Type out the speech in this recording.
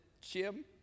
Jim